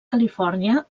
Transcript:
califòrnia